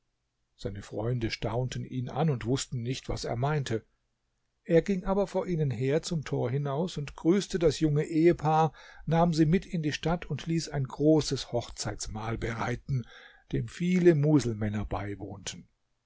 seine freunde staunten ihn an und wußten nicht was er meinte er ging aber vor ihnen her zum tor hinaus und grüßte das junge ehepaar nahm sie mit in die stadt und ließ ein großes hochzeitsmahl bereiten dem viele muselmänner beiwohnten